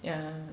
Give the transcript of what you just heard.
yeah